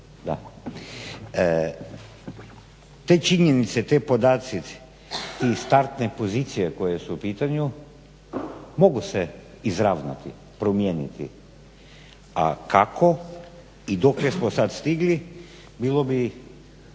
Te činjenice, ti podaci, te startne pozicije koje su u pitanju mogu se izravnati, promijeniti a kako i dokle smo sada stigli bilo bi